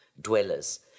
dwellers